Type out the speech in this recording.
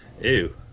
Ew